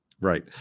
right